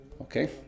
Okay